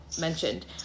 mentioned